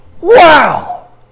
wow